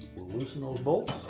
loosen all the bolts.